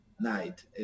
night